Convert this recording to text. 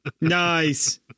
Nice